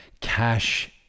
cash